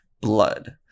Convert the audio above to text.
blood